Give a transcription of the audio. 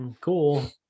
Cool